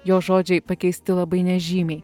jo žodžiai pakeisti labai nežymiai